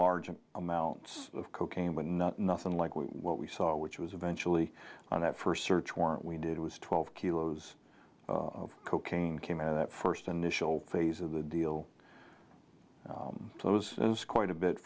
arjan amounts of cocaine when not nothing like what we saw which was eventually on that first search warrant we did was twelve kilos of cocaine came out of that first initial phase of the deal it was quite a bit